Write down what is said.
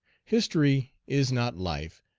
history is not life,